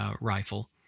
rifle